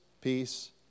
peace